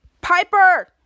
Piper